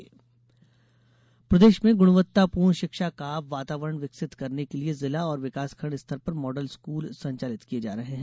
model school प्रदेश में गुणवत्तापूर्ण शिक्षा का वातावरण विकसित करने के लिये जिला और विकासखंड स्तर पर मॉडल स्कूल संचालित किये जा रहे हैं